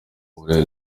uburere